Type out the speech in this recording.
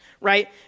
right